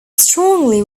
strongly